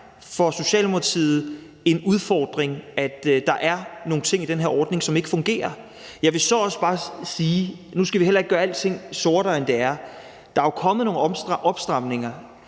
for Socialdemokratiet en udfordring, at der er nogle ting i den her ordning, som ikke fungerer. Jeg vil så også bare sige, at nu skal vi heller ikke gøre alting sortere, end det er. Der er jo kommet nogle opstramninger,